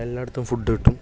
എല്ലായിടത്തും ഫുഡ് കിട്ടും